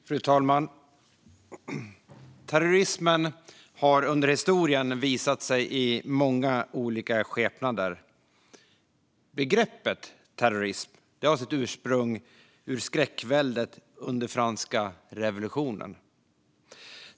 Fru talman! Terrorismen har under historien visat sig i många olika skepnader. Begreppet terrorism har sitt ursprung i skräckväldet under franska revolutionen.